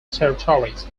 territories